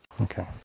Okay